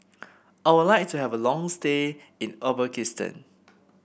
I would like to have a long stay in Uzbekistan